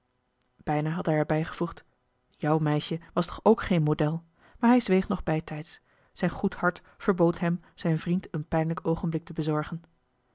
hij er bijgevoegd jou meisje was toch ook geen model maar hij zweeg nog bijtijds zijn goed hart verbood hem zijn vriend een pijnlijk oogenblik te bezorgen